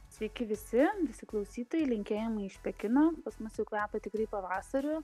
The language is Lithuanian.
sveiki visi visi klausytojai linkėjimai iš pekino pas mus jau kvepia tikrai pavasariu